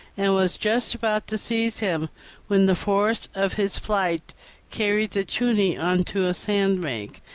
and was just about to seize him when the force of his flight carried the tunny on to a sandbank.